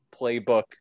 playbook